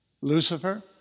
Lucifer